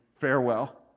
Farewell